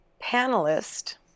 panelist